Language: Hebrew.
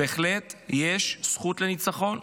בהחלט יש זכות לניצחון,